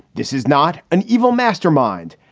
this is not an evil mastermind.